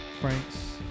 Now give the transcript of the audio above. Franks